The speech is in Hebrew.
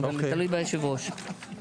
זה תלוי ביושב ראש.